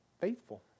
faithful